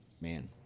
man